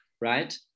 right